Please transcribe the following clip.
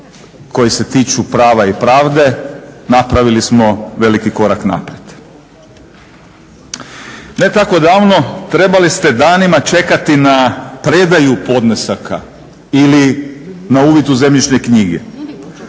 koji se tiču prava i pravde napravili smo veliki korak naprijed. Ne tako davno trebali ste danima čekati na predaju podnesaka ili na uvid u zemljišne knjige.